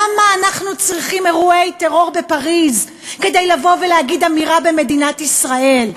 למה אנחנו צריכים אירועי טרור בפריז כדי להגיד אמירה במדינת ישראל?